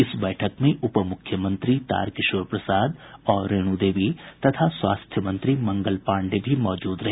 इस बैठक में उप मुख्यमंत्री तारकिशोर प्रसाद और रेणु देवी तथा स्वास्थ्य मंत्री मंगल पांडेय भी मौजूद रहे